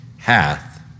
hath